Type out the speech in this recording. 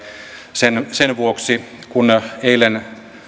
sen sen vuoksi kun eilen